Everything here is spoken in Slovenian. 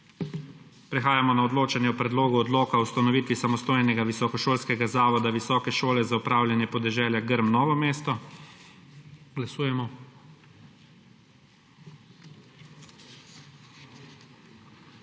Prehajamo na odločanje o Predlogu odloka o ustanovitvi samostojnega visokošolskega zavoda Visoke šole za opravljanje podeželja Grm Novo mesto. Glasujemo.